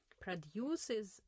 produces